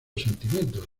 sentimientos